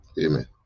Amen